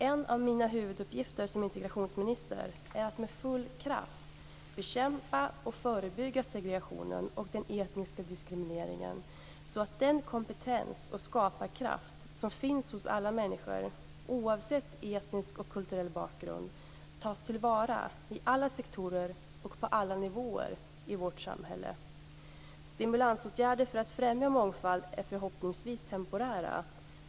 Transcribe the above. En av mina huvuduppgifter som integrationsminister är att med full kraft bekämpa och förebygga segregationen och den etniska diskrimineringen så att den kompetens och skaparkraft som finns hos alla människor oavsett etnisk och kulturell bakgrund tas till vara i alla sektorer och på alla nivåer i vårt samhälle. Stimulansåtgärder för att främja mångfald är förhoppningsvis temporära.